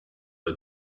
bei